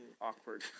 awkward